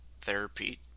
therapy